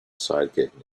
sidekick